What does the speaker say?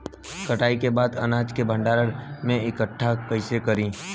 कटाई के बाद अनाज के भंडारण में इकठ्ठा कइसे करी?